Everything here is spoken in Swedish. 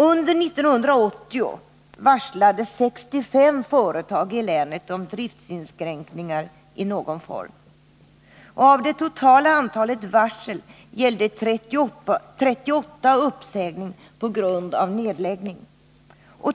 Under 1980 varslade 65 företag i länet om driftinskränkningar i någon form. Av det totala antalet varsel gällde 38 uppsägning på grund av nedläggning.